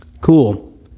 cool